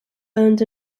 earned